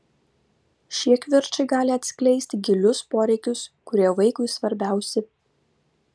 šie kivirčai gali atskleisti gilius poreikius kurie vaikui svarbiausi